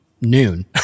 noon